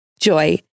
Joy